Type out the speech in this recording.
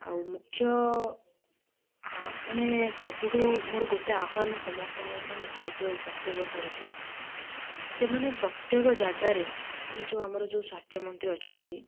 ଆଉ ମୁଖ୍ୟ ହା ମାନେ ସବୁଠୁ ମୋର ଗୋଟେ ଆହ୍ୱାନ ସମସ୍ତଙ୍କ ମାନେ ଭାରତୀୟ ସ୍ୱାସ୍ଥ୍ୟ ବ୍ୟବସ୍ଥା ପ୍ରତି ସେମାନେ ପ୍ରତ୍ୟେକ ଜାଗାରେ ମାନେ ଯୋଉ ଆମର ଯୋଉ ସ୍ୱାସ୍ଥ୍ୟମନ୍ତ୍ରୀ ଅଛନ୍ତି